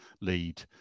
lead